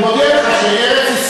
אני מודיע לך שארץ-ישראל,